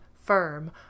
firm